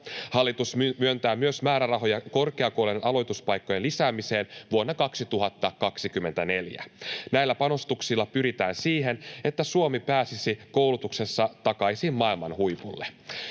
Hallitus myöntää määrärahoja myös korkeakoulujen aloituspaikkojen lisäämiseen vuonna 2024. Näillä panostuksilla pyritään siihen, että Suomi pääsisi koulutuksessa takaisin maailman huipulle.